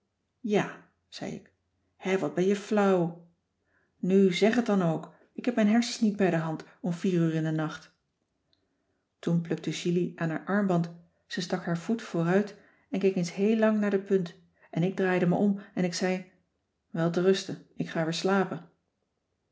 ja zei ik hè wat ben je flauw nu zeg het dan ook ik heb mijn hersens niet bij de hand om vier uur in den nacht toen plukte julie aan haar armband ze stak haar voet vooruit en keek eens heel lang naar de punt en ik draaide me om en ik zei welterusten k ga weer slapen